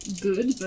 good